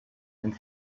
and